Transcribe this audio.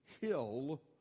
hill